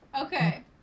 Okay